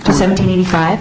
seventy five